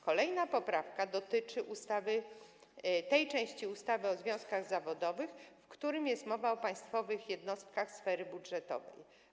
Kolejna poprawka dotyczy tej części ustawy o związkach zawodowych, w której jest mowa o państwowych jednostkach sfery budżetowej.